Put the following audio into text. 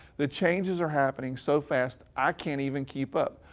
the changes are happening so fast i can't even keep up,